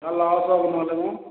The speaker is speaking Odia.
ସେଟା ଲସ୍ ହେବ ନହେଲେ ମ